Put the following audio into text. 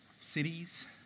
cities